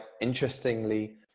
interestingly